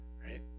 right